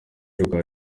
rwa